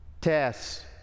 tests